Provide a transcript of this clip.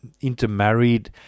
intermarried